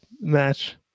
match